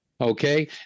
Okay